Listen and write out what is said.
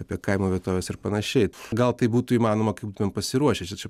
apie kaimo vietoves ir panašiai gal tai būtų įmanoma kai būtumėm pasiruošę šičia